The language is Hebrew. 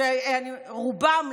שרובם,